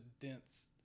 dense